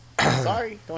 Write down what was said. Sorry